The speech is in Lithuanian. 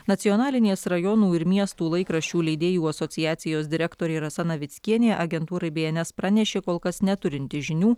nacionalinės rajonų ir miestų laikraščių leidėjų asociacijos direktorė rasa navickienė agentūrai bns pranešė kol kas neturinti žinių